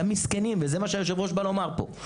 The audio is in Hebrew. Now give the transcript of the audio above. זה מה שהיו"ר בא לומר פה.